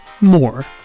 more